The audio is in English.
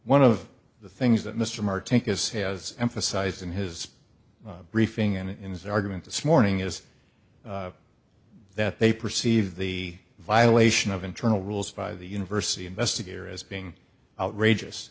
one of the things that mr martinkus has emphasized in his briefing and in his argument this morning is that they perceive the violation of internal rules by the university investigator as being outrageous